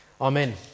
Amen